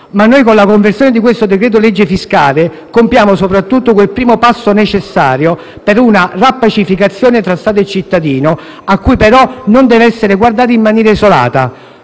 Con la conversione di questo decreto-legge fiscale compiamo soprattutto quel primo passo necessario per una riappacificazione tra Stato e cittadino, a cui però non bisogna guardare come fosse